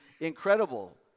incredible